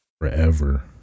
forever